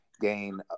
gain